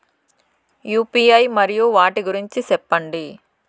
UPI మరియు వాటి గురించి సెప్పండి?